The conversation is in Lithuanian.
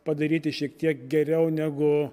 padaryti šiek tiek geriau negu